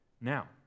Now